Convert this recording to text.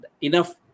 enough